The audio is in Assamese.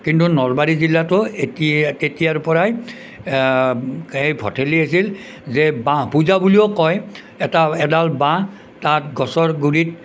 কিন্তু নলবাৰী জিলাতো এতি তেতিয়াৰ পৰাই সেই ভঠেলী আছিল যে বাঁহ পূজা বুলিও কয় এটা এডাল বাঁহ তাত গছৰ গুৰিত